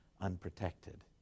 unprotected